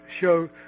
show